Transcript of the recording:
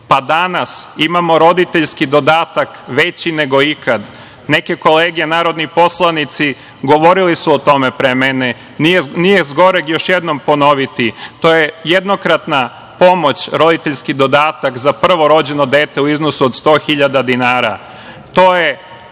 pa danas imamo roditeljski dodatak veći nego ikad. Neke kolege narodni poslanici govorili su o tome pre mene, ali nije zgoreg još jednom ponoviti. To je jednokratna pomoć, roditeljski dodatak za prvorođeno dete u iznosu od 100.000 dinara.